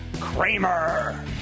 Kramer